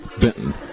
Benton